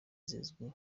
zizwi